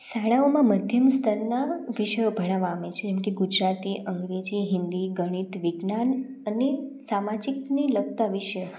શાળાઓમાં મધ્યમ સ્તરના વિષયો ભણવામાં આવે છે જેમ કે ગુજરાતી અંગ્રેજી હિંદી ગણિત વિજ્ઞાન અને સામાજિકને લગતાને વિષયો